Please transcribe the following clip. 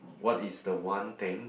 what is the one thing